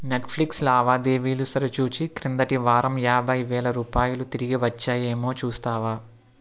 Netflix లావాదేవీలు సరిచూచి క్రిందటి వారం యాభై వేల రూపాయలు తిరిగి వచ్చాయేమో చూస్తావా